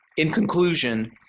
in conclusion,